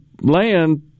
land